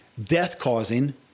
death-causing